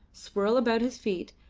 swirl about his feet,